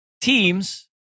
teams